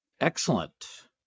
Excellent